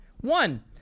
one